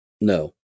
No